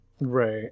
Right